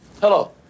Hello